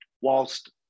whilst